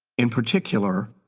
in particular,